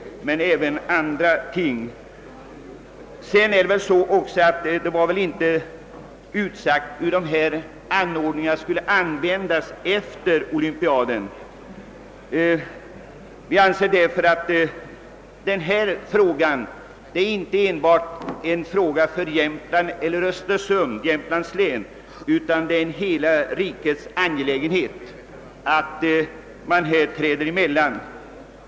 En annan sak är att det inte heller är klart utsagt hur de anordningar, som kommer att krävas för vinterspelens genomförande, skall användas efter olympiaden. Vi anser att detta är en fråga som inte enbart berör Östersund eller Jämtlands län, utan det är en hela rikets angelägenhet, varför staten här bör träda emellan.